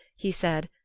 he said,